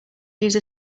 use